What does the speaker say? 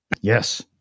Yes